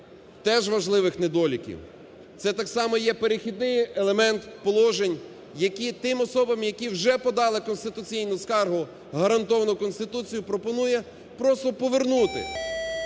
теж важливих недоліків. Це так само є перехідний елемент положень, які тим особам, які вже подали конституційну скаргу, гарантовану Конституцією, пропонує просто повернути.